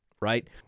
right